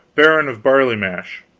baron of barley mash.